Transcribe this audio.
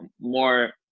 more